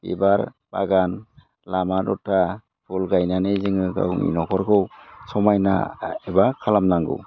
बिबार बागान लामा दथा फुल गायनानै जोङो गावनि न'खरखौ समायना एबा खालामनांगौ